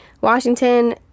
Washington